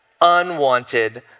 unwanted